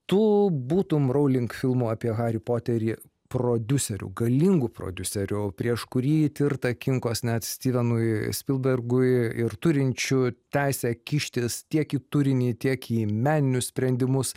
tu būtum rowling filmų apie harį poterį prodiuseriu galingu prodiuseriu prieš kurį tirta kinkos net stivenui spilbergui ir turinčiu teisę kištis tiek į turinį tiek į meninius sprendimus